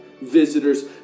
Visitors